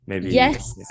Yes